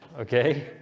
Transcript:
okay